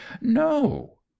No